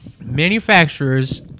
Manufacturers